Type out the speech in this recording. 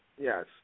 Yes